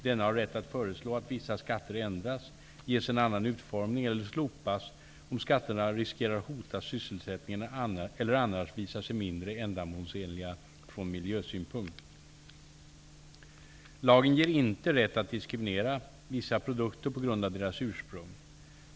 Denna har rätt att föreslå att vissa skatter ändras, ges en annan utformning eller slopas om skatterna riskerar att hota sysselsättningen eller annars visa sig mindre ändamålsenliga från miljösynpunkt. Lagen ger inte rätt att diskriminera vissa produkter på grund av deras ursprung.